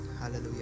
hallelujah